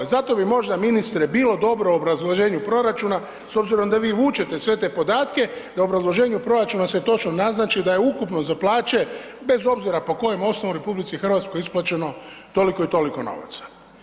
Zato bi možda ministre bilo dobro u obrazloženju proračuna s obzirom da vi vučete sve te podatke da u obrazloženju proračuna se točno naznači da ja ukupno za plaće bez obzira po kojem osnovu u RH isplaćeno toliko i toliko novaca.